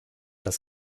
das